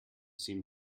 seem